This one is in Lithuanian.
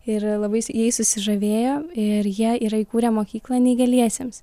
ir labais jais susižavėjo ir jie yra įkūrę mokyklą neįgaliesiems